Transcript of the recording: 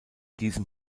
diesem